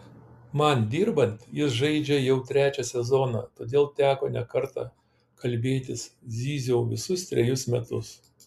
man dirbant jis žaidžia jau trečią sezoną todėl teko ne kartą kalbėtis zyziau visus trejus metus